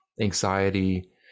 anxiety